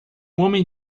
homem